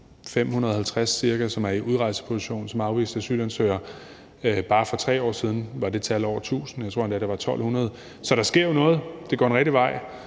550 personer, som er i udrejseposition som afviste asylansøgere. Bare for 3 år siden var det tal over 1.000, jeg tror endda, det var 1.200 personer. Så der sker jo noget, det går den rigtige vej.